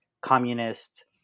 communist